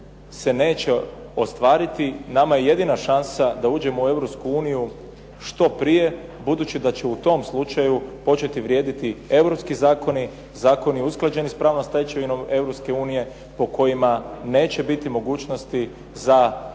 se neće ostvariti. Nama je jedina šansa da uđemo u Europsku uniju što prije, budući da će u tom slučaju početi vrijediti europski zakoni, zakoni usklađeni s pravnom stečevinom Europske unije po kojima neće biti mogućnosti za